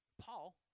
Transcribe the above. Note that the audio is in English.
Paul